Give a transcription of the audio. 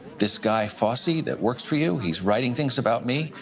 this guy, fossi, that works for you, he's writing things about me.